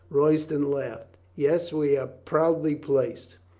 royston laughed. yes, we are proudly placed.